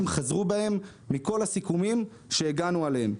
חזרו בהם מכל הסיכומים שהגענו אליהם.